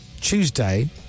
Tuesday